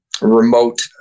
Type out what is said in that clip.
remote